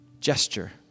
gesture